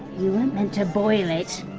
you weren't meant to boil it!